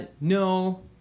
No